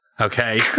Okay